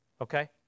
Okay